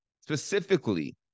specifically